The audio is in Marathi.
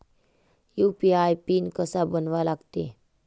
यू.पी.आय पिन कसा बनवा लागते?